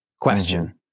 question